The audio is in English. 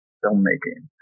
filmmaking